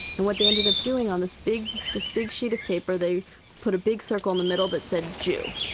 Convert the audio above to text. and what they ended up doing on this big this big sheet of paper, they put a big circle in the middle that said, jew